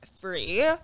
free